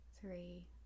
three